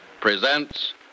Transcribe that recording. presents